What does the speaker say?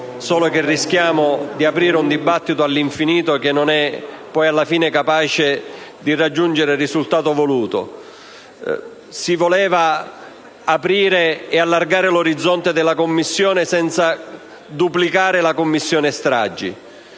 poi si rischia di aprire un dibattito infinito, che non è capace di raggiungere il risultato voluto. Si voleva aprire e allargare l'orizzonte della Commissione senza duplicare la Commissione stragi: